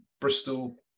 Bristol